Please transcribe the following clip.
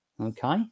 okay